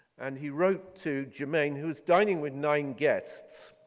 and he wrote to germain who was dining with nine guests.